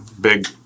big